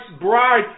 bride